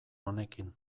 honekin